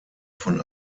von